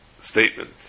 statement